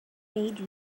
made